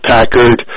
Packard